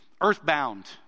earthbound